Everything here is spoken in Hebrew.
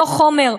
לא חומר,